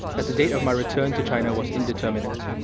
as the date of my return to china was indeterminate